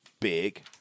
big